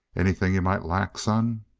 anything you might lack, son?